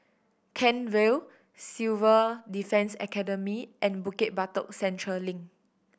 Kent Vale Civil Defence Academy and Bukit Batok Central Link